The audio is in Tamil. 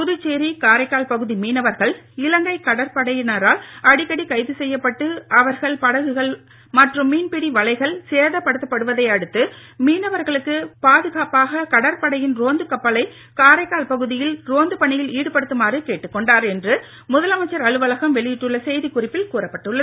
புதுச்சேரி காரைக்கால் பகுதி மீனவர்கள் இலங்கை கடற்படையினரால் அடிக்கடி கைது செய்யப்பட்டு அவர்கள் படகுகள் மற்றும் மீன்பிடி வலைகள் சேதப்படுத்தப்படுவதை அடுத்து மீனவர்களுக்கு பாதுகாப்பாக கடற்படையின் ரோந்துக் கப்பல்களை காரைக்கால் பகுதியில் ரோந்து பணியில் ஈடுபடுத்துமாறு கேட்டுக் கொண்டார் என்று முதலமைச்சர் அலுவலகம் வெளியிட்டுள்ள செய்திக்குறிப்பில் கூறப்பட்டுள்ளது